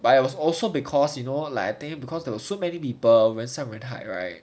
but it was also because you know like I think there were so many people 人山人海 right